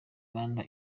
rwanda